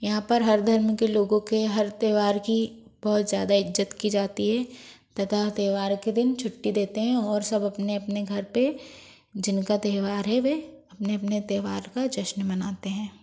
यहाँ पर हर धर्म के लोगों के हर त्यौहार की बहुत ज़्यादा इज्जत की जाती है तथा त्यौहारों के दिन छुट्टी देते हैं और सब अपने अपने घर पे जिनका त्यौहार है वे अपने अपने त्यौहार का जश्न मनाते हैं